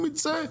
אם יצא,